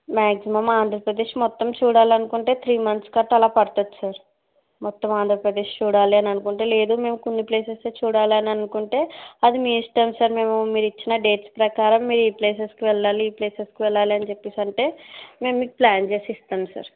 maximum Andhra Pradesh మొత్తం చూడాలనుకుంటే three months గట్రా అలా పడుతుంది సార్ మొత్తం ఆంధ్రప్రదేశ్ చూడాలనుకుంటే లేదు మేము కొన్ని ప్లేసెస్ ఏ చూడాలి అని అనుకుంటే అది మీ ఇష్టం సార్ మేము మీరు ఇచ్చిన డేట్స్ ప్రకరాం మీరు ఈ ప్లేసెస్కి వెళ్ళాలి ఈ ప్లేసెస్కి వెళ్ళాలి అని చెప్పేసి అంటే మేము మీకు ప్ల్యాన్ చేసి ఇస్తాము సార్